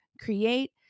create